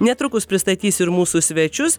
netrukus pristatysiu ir mūsų svečius